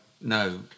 no